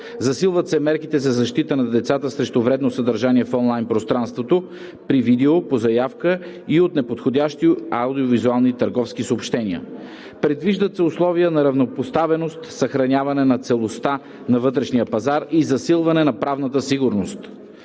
Засилват се мерките за защита на децата срещу вредното съдържание в онлайн пространството, при видео по заявка и от неподходящи аудиовизуални търговски съобщения. Предвиждат се условия на равнопоставеност, съхраняване на целостта на вътрешния пазар и засилване на правната сигурност.